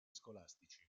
scolastici